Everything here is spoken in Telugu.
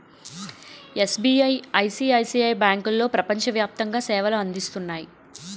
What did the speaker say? ఎస్.బి.ఐ, ఐ.సి.ఐ.సి.ఐ బ్యాంకులో ప్రపంచ వ్యాప్తంగా సేవలు అందిస్తున్నాయి